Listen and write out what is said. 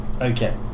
Okay